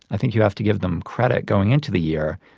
i think you have to give them credit going into the year,